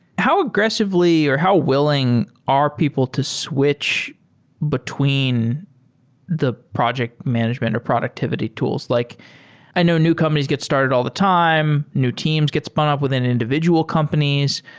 how aggressively or how willing are people to switch between the project management or productivity tools? like i know new companies get started all the time, new teams get spun up within individual companies.